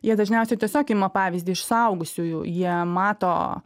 jie dažniausiai tiesiog ima pavyzdį iš suaugusiųjų jie mato